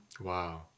Wow